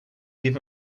give